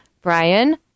brian